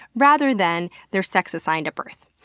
rather than their sex assigned at birth.